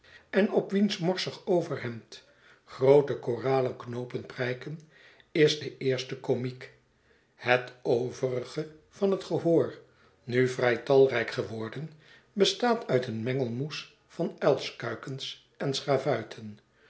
en op wiens morsig overhemd groote koralen knoopen prijken is de eerste komiek het overige van het gehoor nu vrij talrijk geworden bestaat uit een mengelmoes van uilskuikens en schavuiten